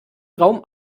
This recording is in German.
raum